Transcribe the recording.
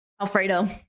Alfredo